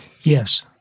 Yes